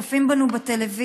צופים בנו בטלוויזיה,